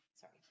sorry